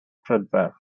prydferth